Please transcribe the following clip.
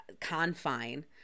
confine